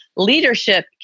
leadership